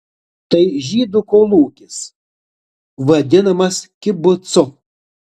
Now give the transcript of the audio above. tai žydų kolūkis vadinamas kibucu